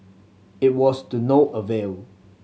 it was to no avail